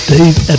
Dave